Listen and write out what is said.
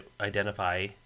identify